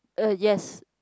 uh yes